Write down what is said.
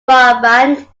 brabant